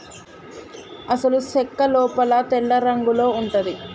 అసలు సెక్క లోపల తెల్లరంగులో ఉంటది